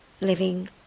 living